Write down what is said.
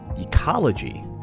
ecology